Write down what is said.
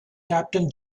captain